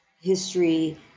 history